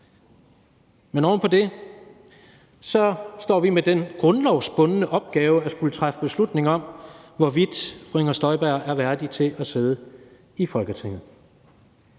den afgørelse – står vi med den grundlovsbundne opgave at skulle træffe beslutning om, hvorvidt fru Inger Støjberg er værdig til at sidde i Folketinget.